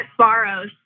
Sparrow's